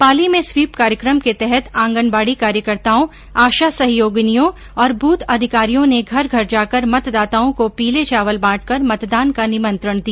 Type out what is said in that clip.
पाली में स्वीप कार्यक्रम के तहत आंगनबाडी कार्यकर्ताओं आशा सहयोगिनियों और बूथ अधिकारियों ने घर घर जाकर मतदाताओं को पीले चावल बांटकर मतदान का निमंत्रण दिया